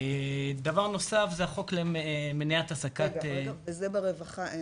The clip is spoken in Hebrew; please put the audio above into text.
ועדיין את זה ברווחה?